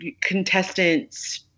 contestants